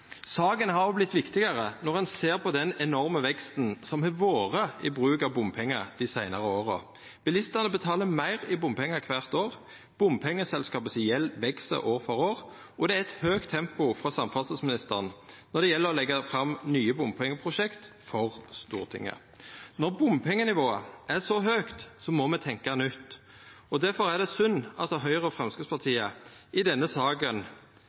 Saka har òg vorte viktigare når ein ser på den enorme veksten som har vore i bruk av bompengar dei seinare åra. Bilistane betalar meir i bompengar kvart år, gjelda til bompengeselskapa veks år for år, og det er eit høgt tempo frå samferdselsministeren når det gjeld å leggja fram nye bompengeprosjekt for Stortinget. Når bompengenivået er så høgt, må me tenkja nytt. Difor er det synd at Høgre og Framstegspartiet i denne saka